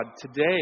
today